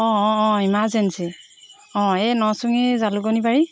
অঁ অঁ অঁ ইমাৰ্জেঞ্চি অঁ এই নচুঙি জালুকনিবাৰী